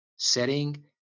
setting